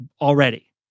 already